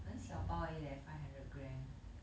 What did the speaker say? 很小包而已 leh five hundred gram